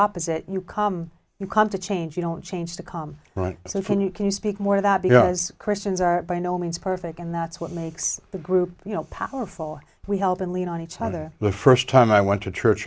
opposite you come you come to change you don't change the calm right so when you can speak more that because christians are by no means perfect and that's what makes the group you know powerful we've all been lean on each other the first time i went to church